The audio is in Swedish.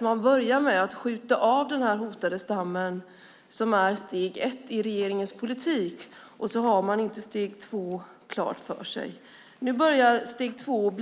Man börjar med att skjuta av den hotade stammen som steg ett i sin politik utan att ha steg två klart för sig. Nu börjar steg två dock